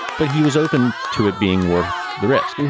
but he was open to it being worth the risk.